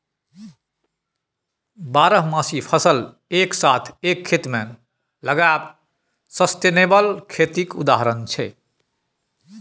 बारहमासी फसल एक साथ एक खेत मे लगाएब सस्टेनेबल खेतीक उदाहरण छै